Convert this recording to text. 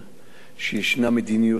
שיש מדיניות אחרת,